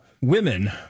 women